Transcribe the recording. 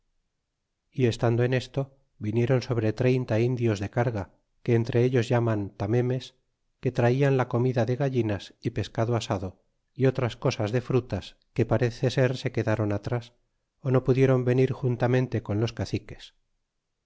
y estando en esto viniéron sobre treinta indios de carga que entre ellos llaman tamemes que traian la comida de gallinas y pescado asado y otras cosas de frutas que parece ser se quedáron atrás o no pudiéron venir juntamente con los caciques